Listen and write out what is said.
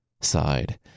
sighed